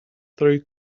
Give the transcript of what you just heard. three